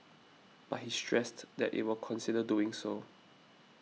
but he stressed that it will consider doing so